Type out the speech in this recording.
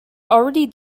already